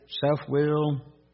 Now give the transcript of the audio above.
Self-will